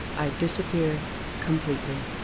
i disappear completely